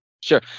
Sure